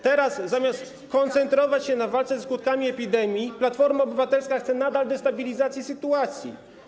Teraz zamiast skoncentrować się na walce ze skutkami epidemii, Platforma Obywatelska chce nadal destabilizacji sytuacji.